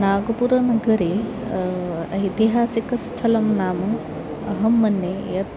नागपुरनगरे ऐतिहासिकस्थलं नाम अहं मन्ये यत्